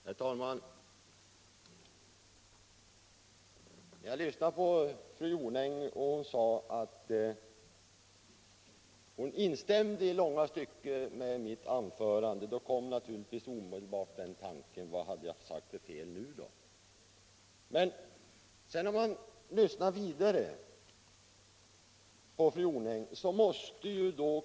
Herr talman! Fru Jonäng instämde i långa stycken i mitt anförande. Den tanke jag då omedelbart fick var naturligtvis: Vad har jag nu gjort för felaktigt uttalande?